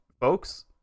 folks